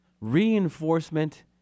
Reinforcement